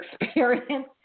experience